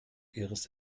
ihres